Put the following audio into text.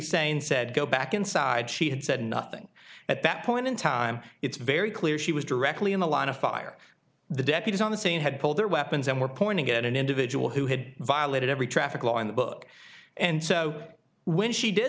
saying said go back inside she had said nothing at that point in time it's very clear she was directly in the line of fire the deputies on the scene had pulled their weapons and were pointing it at an individual who had violated every traffic law in the book and so when she did